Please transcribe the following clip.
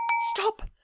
stop,